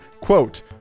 quote